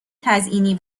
تزیینی